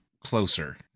closer